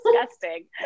disgusting